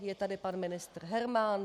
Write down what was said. Je tady pan ministr Herman.